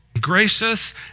Gracious